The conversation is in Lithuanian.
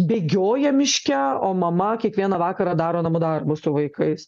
bėgioja miške o mama kiekvieną vakarą daro namų darbus su vaikais